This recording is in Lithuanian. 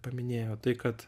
paminėjo tai kad